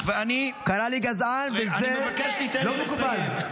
קרא לי גזען, וזה לא מקובל.